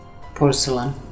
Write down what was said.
Porcelain